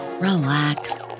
relax